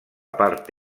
part